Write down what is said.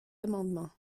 amendement